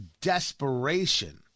desperation